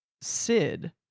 Sid